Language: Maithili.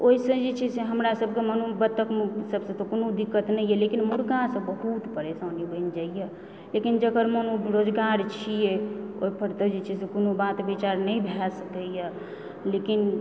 ओहिसँ से जे छै से हमरा सबके मानू बत्तख ईसभसंँ तऽ कोनो दिक्कत नहि यऽ लेकिन मुर्गासंँ बहुत परेशानी बनि जाइए लेकिन जेकर मानू रोजगार छियै ओहि पर तऽ जे छै से कोनो बात विचार नहि भए सकैए लेकिन